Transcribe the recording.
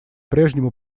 прежнему